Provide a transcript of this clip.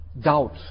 Doubt